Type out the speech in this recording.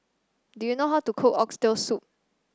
do you know how to cook Oxtail Soup